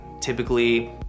Typically